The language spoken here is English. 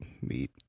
meet